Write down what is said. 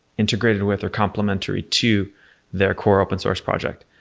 integrated with or complementary to their core open source project.